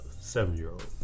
seven-year-old